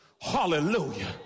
Hallelujah